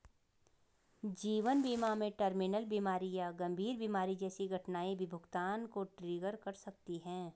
जीवन बीमा में टर्मिनल बीमारी या गंभीर बीमारी जैसी घटनाएं भी भुगतान को ट्रिगर कर सकती हैं